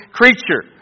creature